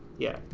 yeah,